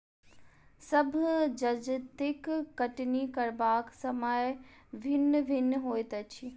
सभ जजतिक कटनी करबाक समय भिन्न भिन्न होइत अछि